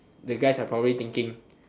the guys are probably thinking